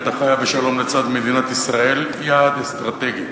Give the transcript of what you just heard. החיה בשלום לצד מדינת ישראל יעד אסטרטגי.